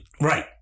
Right